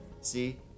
See